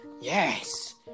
yes